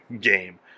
game